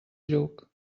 lluc